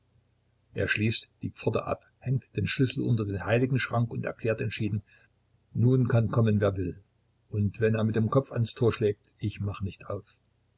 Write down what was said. er schließt die pforte ab hängt den schlüssel unter den heiligenschrank und erklärt entschieden nun kann kommen wer will und wenn er mit dem kopf ans tor schlägt ich mach nicht auf